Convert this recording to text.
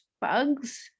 bugs